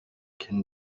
can